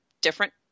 different